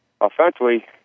Offensively